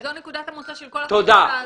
זו נקודת המוצא של כל החקיקה הזאת.